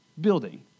building